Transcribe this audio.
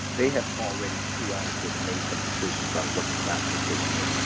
they have already triaged and made some decisions about what the classification is.